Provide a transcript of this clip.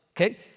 Okay